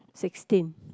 sixteen